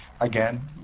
again